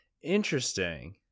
Interesting